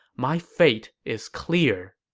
my fate is clear.